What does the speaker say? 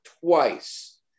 twice